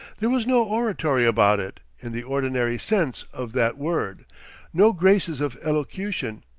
there was no oratory about it, in the ordinary sense of that word no graces of elocution.